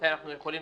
מתי אנחנו יכולים